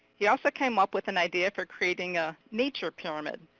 he also came up with an idea for creating a nature pyramid,